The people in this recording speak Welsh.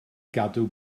gadw